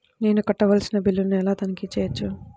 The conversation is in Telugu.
నేను కట్టవలసిన బిల్లులను ఎలా తనిఖీ చెయ్యవచ్చు?